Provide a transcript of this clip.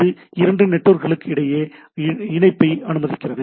அது இரண்டு நெட்வொர்க்குகளுக்கு இடையேயான இணைப்பை அனுமதிக்கிறது